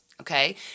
Okay